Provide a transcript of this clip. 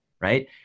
right